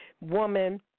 woman